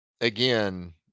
again